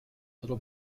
little